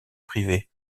privée